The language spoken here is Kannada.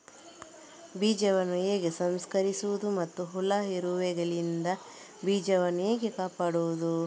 ಬೀಜವನ್ನು ಹೇಗೆ ಸಂಸ್ಕರಿಸುವುದು ಮತ್ತು ಹುಳ, ಇರುವೆಗಳಿಂದ ಬೀಜವನ್ನು ಹೇಗೆ ಕಾಪಾಡುವುದು?